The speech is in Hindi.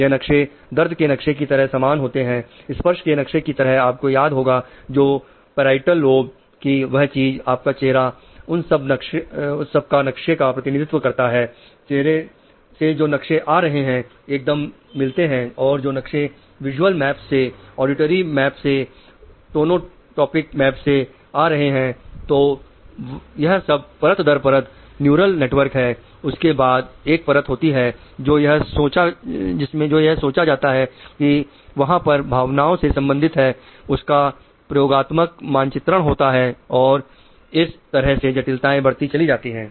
यह नक्शे दर्द के नक्शों की तरह समान होते हैं स्पर्श के नक्शों की तरह आपको याद होगा जो पैराइटल लोब कि वह चीज आपका चेहरा उन सब नक्शा का प्रतिनिधित्व करता है चेहरे से जो नक्शे आ रहे हैं एकदम मिलते हैं और जो नक्शे विजुअल मैप्स से ऑडिटरी मैप्स से टोनो टॉपिक मैप्स से आ रहे हैं तो यह सब परत दर परत न्यूरल नेटवर्क है उसके बाद एक परत होती है जो यह सोचा जाता है कि वह पर भावनाओं से संबंधित है उसका प्रयोगात्मक मानचित्रण होता है और इस तरह से जटिलताएं बढ़ती चली जाती है